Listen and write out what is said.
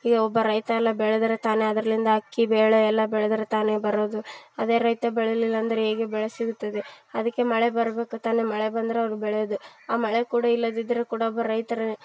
ಈಗ ಒಬ್ಬ ರೈತ ಎಲ್ಲ ಬೆಳೆದರೆ ತಾನೇ ಅದರಿಂದ ಅಕ್ಕಿ ಬೇಳೆ ಎಲ್ಲ ಬೆಳೆದರೆ ತಾನೆ ಬರೋದು ಅದೆ ರೈತ ಬೆಳಿಲಿಲ್ಲ ಅಂದರೆ ಹೇಗೆ ಬೆಳೆ ಸಿಗುತ್ತದೆ ಅದಕ್ಕೆ ಮಳೆ ಬರಬೇಕು ತಾನೆ ಮಳೆ ಬಂದರೆ ಅವರು ಬೆಳೆಯೋದು ಆ ಮಳೆ ಕೂಡ ಇಲ್ಲದಿದ್ದರೆ ಕೂಡ ಒಬ್ಬ ರೈತರನ್ನೇ